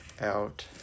out